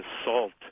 assault